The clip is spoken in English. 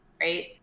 Right